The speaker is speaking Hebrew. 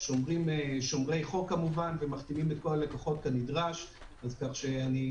חשוב לי לציין שהבנקים מחזיקים את זה ככוח שלהם